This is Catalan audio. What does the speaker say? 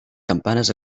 campanes